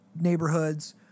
neighborhoods